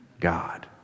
God